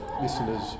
listeners